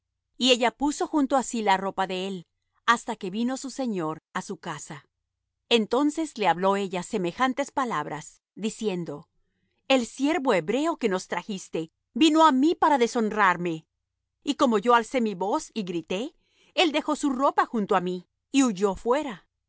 y ella puso junto á sí la ropa de él hasta que vino su señor á su casa entonces le habló ella semejantes palabras diciendo el siervo hebreo que nos trajiste vino á mí para deshonrarme y como yo alcé mi voz y grite él dejó su ropa junto á mí y huyó fuera